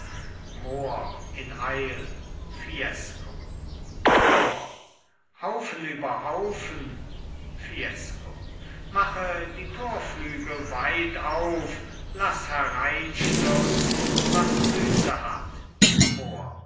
in eil fiesco mohr haufen über haufen fiesco mache die torflügel weit auf laß hereinstürzen was füße hat mohr